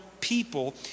people